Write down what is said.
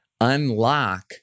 unlock